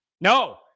No